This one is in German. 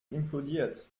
implodiert